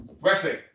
wrestling